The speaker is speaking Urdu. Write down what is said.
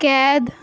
قید